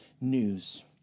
news